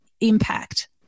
impact